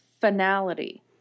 finality